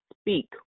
speak